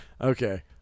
Okay